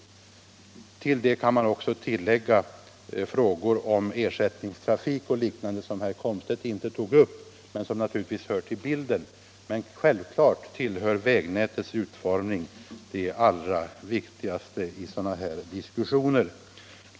Till de primära frågorna hör också ersättningstrafik och liknande, frågor som herr Komstedt inte tog upp men som naturligtvis finns med i bilden. Men givetvis hör frågan om järnvägsnätets utformning till de allra viktigaste i sådana här diskussioner.